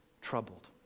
troubled